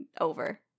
over